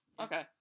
Okay